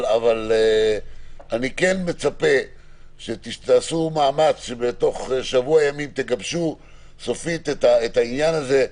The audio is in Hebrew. אבל אני כן מצפה שתעשו מאמץ ובתוך שבוע ימים תגבשו סופית את העניין הזה.